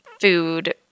food